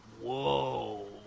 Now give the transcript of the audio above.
Whoa